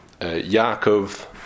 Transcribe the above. Yaakov